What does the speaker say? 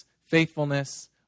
faithfulness